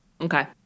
Okay